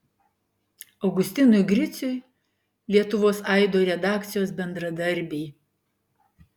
augustinui griciui lietuvos aido redakcijos bendradarbiai